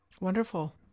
Wonderful